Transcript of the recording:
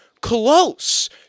close